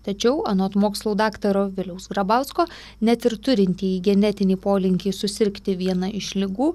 tačiau anot mokslų daktaro viliaus grabausko net ir turintieji genetinį polinkį susirgti viena iš ligų